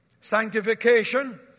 Sanctification